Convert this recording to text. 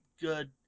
good